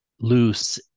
loose